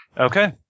Okay